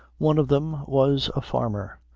one of them was a farmer,